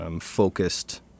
focused